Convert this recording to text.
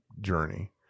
journey